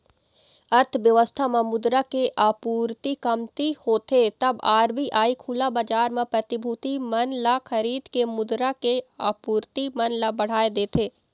अर्थबेवस्था म मुद्रा के आपूरति कमती होथे तब आर.बी.आई खुला बजार म प्रतिभूति मन ल खरीद के मुद्रा के आपूरति मन ल बढ़ाय देथे